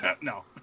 no